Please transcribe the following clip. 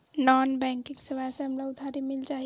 Non banking सेवाएं से हमला उधारी मिल जाहि?